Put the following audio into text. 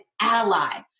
ally